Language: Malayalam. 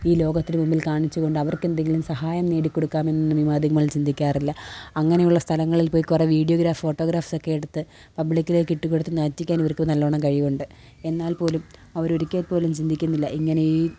ഈ ലോകത്തിന് മുന്നില് കാണിച്ചുകൊണ്ട് അവര്ക്കെന്തെങ്കിലും സഹായം നേടി കൊടുക്കാമെന്ന് മാധ്യമങ്ങള് ചിന്തിക്കാറില്ല അങ്ങനെയുള്ള സ്ഥലങ്ങളില് പോയി കുറെ വീഡിയോഗ്രാഫ് ഫോട്ടോഗ്രാഫ് ഒക്കെ എടുത്ത് പബ്ലിക്കിലേക്ക് ഇട്ടുകൊടുത്ത് നാറ്റിക്കാന് ഇവര്ക്ക് നല്ലോണം കഴിവുണ്ട് എന്നാല് പോലും അവര് ഒരിക്കൽ പോലും ചിന്തിക്കുന്നില്ല ഇങ്ങനെ ഈ